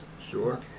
Sure